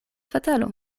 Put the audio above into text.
fatalo